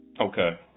Okay